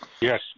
yes